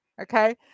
Okay